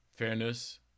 Fairness